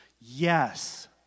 Yes